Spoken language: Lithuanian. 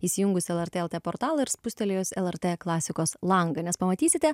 įsijungus lrt lt portalą ir spustelėjus lrt klasikos langą nes pamatysite